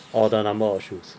or the number of shoes